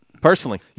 personally